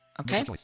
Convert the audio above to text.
Okay